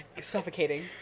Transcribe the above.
suffocating